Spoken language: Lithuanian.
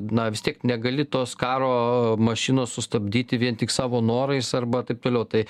na vis tiek negali tos karo mašinos sustabdyti vien tik savo norais arba taip toliau tai